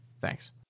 thanks